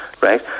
right